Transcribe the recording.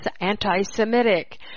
anti-semitic